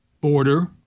border